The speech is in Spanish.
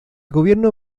gobierno